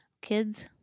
Kids